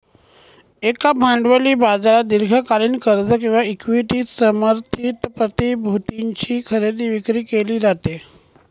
एका भांडवली बाजारात दीर्घकालीन कर्ज किंवा इक्विटी समर्थित प्रतिभूतींची खरेदी विक्री केली जाते